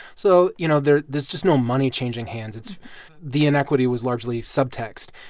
so, you know, there's there's just no money changing hands. it's the inequity was largely subtext.